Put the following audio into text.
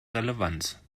relevanz